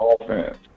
offense